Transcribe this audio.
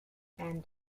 and